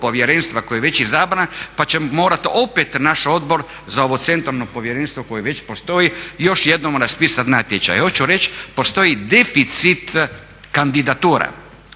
koje je već izabrano pa će morati opet naš odbor za ovo centralno povjerenstvo koje već postoji još jednom raspisati natječaj. Hoću reći postoji deficit kandidatura.